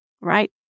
right